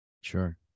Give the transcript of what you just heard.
Sure